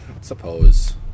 suppose